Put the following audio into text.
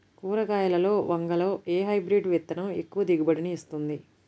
కూరగాయలలో వంగలో ఏ హైబ్రిడ్ విత్తనం ఎక్కువ దిగుబడిని ఇస్తుంది?